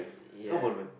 ya